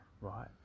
right